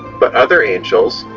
but other angels,